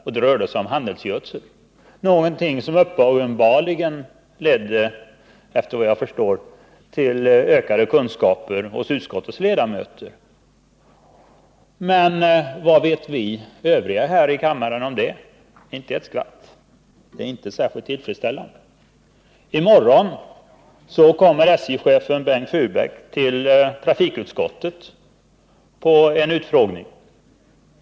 Frågorna rörde sig om handelsgödsel, och de ledde enligt vad jag förstår till ökade kunskaper hos utskottets ledamöter. Men vad vet vi övriga här i kammaren om det? Inte ett skvatt! Det är inte särskilt tillfredsställande. I morgon kommer SJ-chefen Bengt Furbäck till trafikutskottet på en utfrågning.